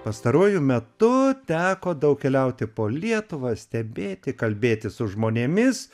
pastaruoju metu teko daug keliauti po lietuvą stebėti kalbėtis su žmonėmis